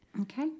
Okay